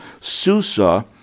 Susa